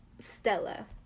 Stella